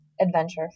adventure